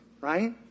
Right